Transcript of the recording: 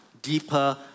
deeper